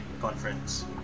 conference